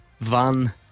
van